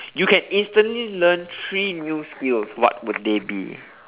you can instantly learn three new skills what would they be